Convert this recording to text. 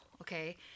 Okay